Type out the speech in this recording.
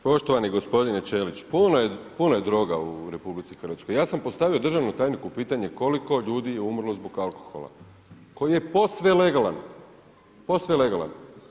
Poštovani gospodine Ćelić, puno je droga u RH, ja sam postavio državnom tajniku pitanje koliko ljudi je umrlo zbog alkohola koji je posve legalan, posve legalan.